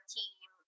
team